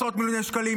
עשרות מיליוני שקלים,